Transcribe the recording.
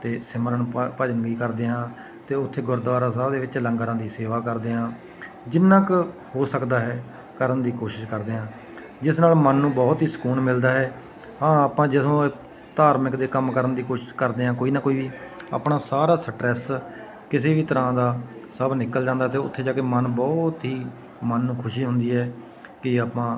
ਅਤੇ ਸਿਮਰਨ ਭ ਭਜਨ ਵੀ ਕਰਦੇ ਹਾਂ ਅਤੇ ਉੱਥੇ ਗੁਰਦੁਆਰਾ ਸਾਹਿਬ ਦੇ ਵਿੱਚ ਲੰਗਰਾਂ ਦੀ ਸੇਵਾ ਕਰਦੇ ਹਾਂ ਜਿੰਨਾ ਕੁ ਹੋ ਸਕਦਾ ਹੈ ਕਰਨ ਦੀ ਕੋਸ਼ਿਸ਼ ਕਰਦੇ ਹਾਂ ਜਿਸ ਨਾਲ ਮਨ ਨੂੰ ਬਹੁਤ ਹੀ ਸਕੂਨ ਮਿਲਦਾ ਹੈ ਹਾਂ ਆਪਾਂ ਜਦੋਂ ਧਾਰਮਿਕ ਦੇ ਕੰਮ ਕਰਨ ਦੀ ਕੋਸ਼ਿਸ਼ ਕਰਦੇ ਹਾਂ ਕੋਈ ਨਾ ਕੋਈ ਆਪਣਾ ਸਾਰਾ ਸਟਰੈਸ ਕਿਸੇ ਵੀ ਤਰ੍ਹਾਂ ਦਾ ਸਭ ਨਿਕਲ ਜਾਂਦਾ ਅਤੇ ਉੱਥੇ ਜਾ ਕੇ ਮਨ ਬਹੁਤ ਹੀ ਮਨ ਨੂੰ ਖੁਸ਼ੀ ਹੁੰਦੀ ਹੈ ਕਿ ਆਪਾਂ